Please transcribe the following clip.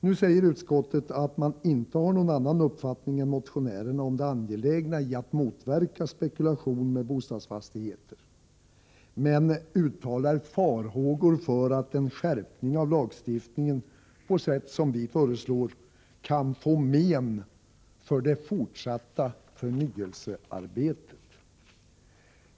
Nu säger utskottet att man inte har någon annan uppfattning än motionärerna om det angelägna i att motverka spekulation med bostadsfastigheter, men uttalar farhågor för att en skärpning av lagstiftningen, på sätt som vi föreslår, kan få men för det fortsatta förnyelsearbetet.